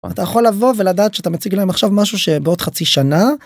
אתה יכול לבוא ולדעת שאתה מציג להם עכשיו משהו שבעוד חצי שנה.